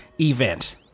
event